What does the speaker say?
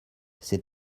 ces